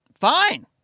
fine